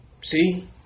See